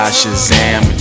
Shazam